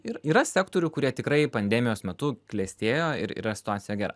ir yra sektorių kurie tikrai pandemijos metu klestėjo ir yra situacija gera